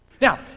Now